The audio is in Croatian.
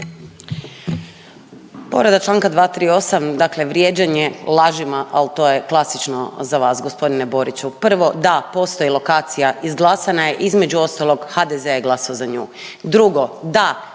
Povreda čl. 238, dakle vrijeđanje lažima, ali to je klasično za vas, g. Boriću. Prvo, da, postoji lokacija, izglasana je, između ostalog, HDZ je glasao za nju. Drugo, da,